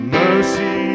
mercy